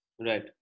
Right